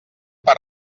per